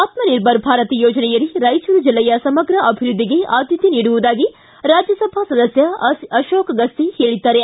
ಆತ್ಮನಿರ್ಭರ ಭಾರತ ಯೋಜನೆಯಡಿ ರಾಯಚೂರು ಜಿಲ್ಲೆಯ ಸಮಗ್ರ ಅಭಿವೃದ್ಧಿಗೆ ಆದ್ಯತೆ ನೀಡುವುದಾಗಿ ರಾಜ್ಯಸಭಾ ಸದಸ್ಯ ಅಶೋಕ ಗಸ್ತಿ ಹೇಳಿದ್ದಾರೆ